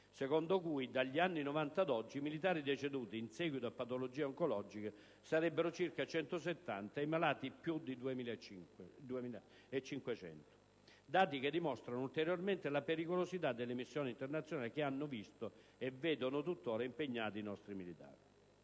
secondo cui, dagli anni Novanta ad oggi, i militari deceduti in seguito a patologie oncologiche sarebbero circa 170 e i malati più di 2.500. Si tratta di dati che dimostrano ulteriormente la pericolosità delle missioni internazionali che hanno visto, e vedono tuttora, impegnati i nostri militari.